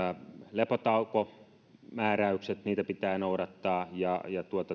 lepotaukomääräykset niitä pitää noudattaa ja